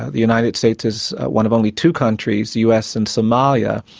the united states is one of only two countries, us and somalia,